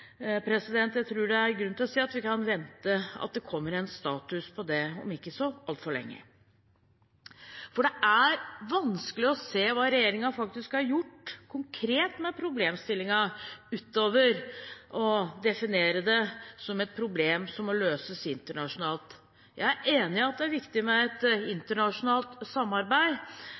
Jeg tror det er grunn til å si at vi kan vente at det kommer en status på det om ikke så altfor lenge. Det er vanskelig å se hva regjeringen faktisk har gjort konkret med problemstillingen, utover å definere det som et problem som må løses internasjonalt. Jeg er enig i at det er viktig med et internasjonalt samarbeid,